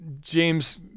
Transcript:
James